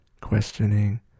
questioning